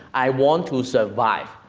i want to survive,